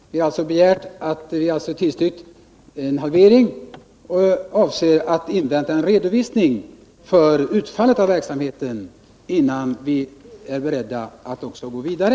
Vi har alltså tillstyrkt en halvering och avser att invänta en redovisning av utfallet av verksamheten innan vi är beredda att gå vidare.